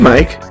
Mike